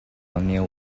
nail